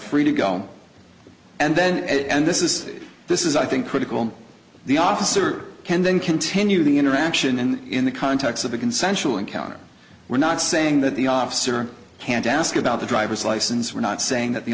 free to go and then and this is this is i think critical the officer can then continue the interaction and in the context of a consensual encounter we're not saying that the officer can't ask about the driver's license we're not saying that the